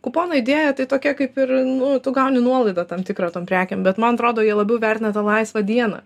kupono idėja tai tokia kaip ir nu tu gauni nuolaidą tam tikrą tom prekėm bet man atrodo jie labiau vertina tą laisvą dieną